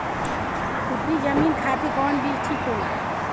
उपरी जमीन खातिर कौन बीज ठीक होला?